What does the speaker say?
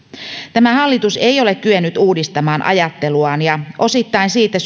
tämä hallitus ei ole kyennyt uudistamaan ajatteluaan ja osittain siitä